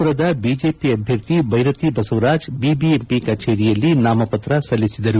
ಪುರದ ಬಿಜೆಪಿ ಅಭ್ಯರ್ಥಿ ಬೈರತಿ ಬಸವರಾಜ್ ಬಿಬಿಎಂಪಿ ಕಚೇರಿಯಲ್ಲಿ ನಾಮಪತ್ರ ಸಲ್ಲಿಸಿದರು